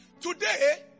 today